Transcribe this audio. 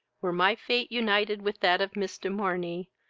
were my fate united with that of miss de morney,